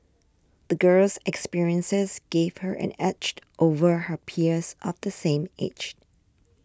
the girl's experiences gave her an edge over her peers of the same age